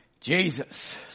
Jesus